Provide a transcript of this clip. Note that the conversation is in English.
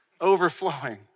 overflowing